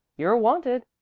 you're wanted.